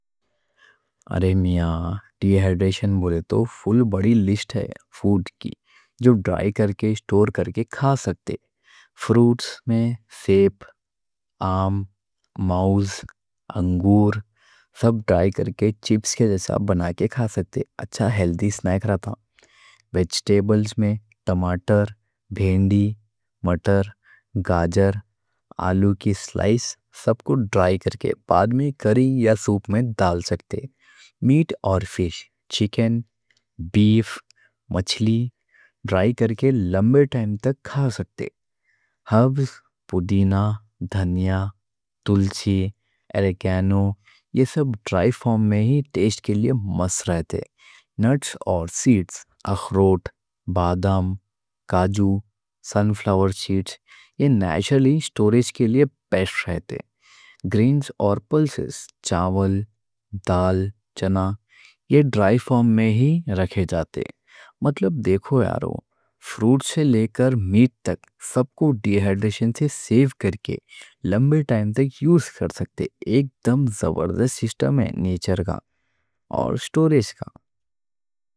ارے میاں ڈیہیڈریشن بولے تو فل بڑی لسٹ ہے فوڈ کی جو ڈرائی کر کے اسٹور کر کے کھا سکتے فروٹس میں سیب، آم، موز، انگور سب ڈرائی کر کے چپس کے جیسا بنا کے کھا سکتے اچھا ہیلدی سناک رہتا ویجیٹبلز میں ٹماٹر، بھنڈی، مٹر، گاجر، آلو کی سلائس سب کو ڈرائی کر کے بعد میں کری یا سوپ میں ڈال سکتے میٹ اور فش، چکن، بیف، مچھلی ڈرائی کر کے لمبے ٹائم تک کھا سکتے ہربز، پودینہ، دھنیا، تلسی، اریگانو یہ سب ڈرائی فارم میں ہی ٹیسٹ کے لیے مست رہتے نٹس اور سیڈس، اخروٹ، بادام، کاجو، سن فلاور سیڈس یہ نیچرل اسٹوریج کے لیے بہترین رہتے گرینز اور پلسز، چاول، دال، چنا یہ ڈرائی فارم میں ہی رکھے جاتے مطلب دیکھو یارو، فروٹ سے لے کر میٹ تک سب کو ڈیہیڈریشن سے سیف کر کے لمبے ٹائم تک یوز کر سکتے، ایک دم زبردست سسٹم ہے نیچر کا اور اسٹوریج کا